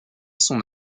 son